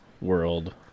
world